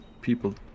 people